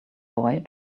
boy